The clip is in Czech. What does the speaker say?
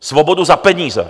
Svobodu za peníze.